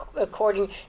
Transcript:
according